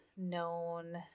known